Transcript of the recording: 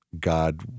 God